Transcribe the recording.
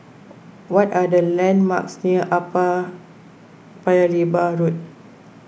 what are the landmarks near Upper Paya Lebar Road